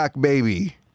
baby